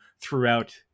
throughout